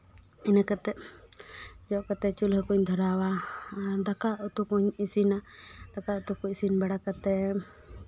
ᱤᱱᱟᱹ ᱠᱟᱛᱮ ᱡᱚᱜ ᱠᱟᱛᱮ ᱪᱩᱞᱦᱟᱹ ᱠᱚᱧ ᱫᱷᱚᱨᱟᱣᱟ ᱟᱨ ᱫᱟᱠᱟ ᱩᱛᱩ ᱠᱚᱹᱧ ᱤᱥᱤᱱᱟ ᱫᱟᱠᱟ ᱩᱛᱩ ᱠᱚ ᱤᱥᱤᱱ ᱵᱟᱲᱟ ᱠᱟᱛᱮ